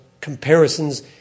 comparisons